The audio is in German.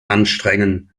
anstrengen